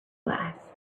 glass